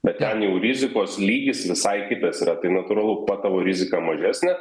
bet ten jau rizikos lygis visai kitas yra tai natūralu kuo tavo rizika mažesnė